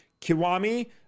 Kiwami